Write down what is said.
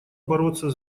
бороться